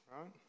right